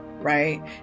Right